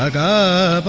ah da